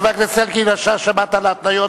חבר הכנסת אלקין, שמעת את ההתניות,